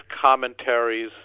commentaries